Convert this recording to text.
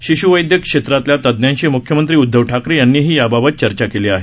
शिश्वैद्यक क्षेत्रातल्या तज्ञांशी म्ख्यमंत्री उद्धव ठाकरे यांनीही याबाबत चर्चा केली आहे